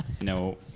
No